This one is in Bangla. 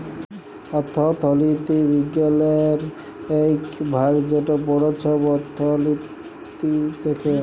অথ্থলিতি বিজ্ঞালের ইক ভাগ যেট বড় ছব অথ্থলিতি দ্যাখে